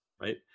right